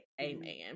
amen